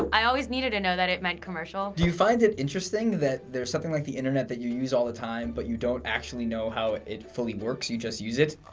i always needed to know that it meant commercial. do you find it interesting that there's something like the internet that you use all the time, but you don't actually know how it fully works? you just use it?